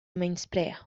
menysprea